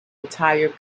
entire